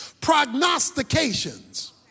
prognostications